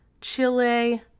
Chile